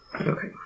Okay